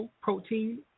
protein